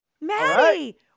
Maddie